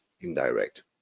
indirect